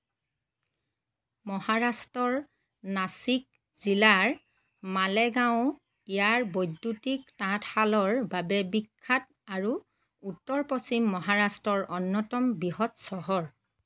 মহাৰাষ্ট্ৰৰ নাছিক জিলাৰ মালেগাঁও ইয়াৰ বৈদ্যুতিক তাঁতশালৰ বাবে বিখ্যাত আৰু উত্তৰ পশ্চিম মহাৰাষ্ট্ৰৰ অন্যতম বৃহৎ চহৰ